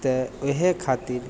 तऽ इहे खातिर